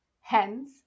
hence